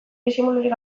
disimulurik